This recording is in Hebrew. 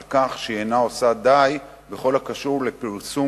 על כך שהיא אינה עושה די בכל הקשור לפרסום